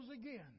again